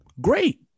Great